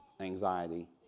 anxiety